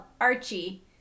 Archie